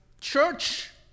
church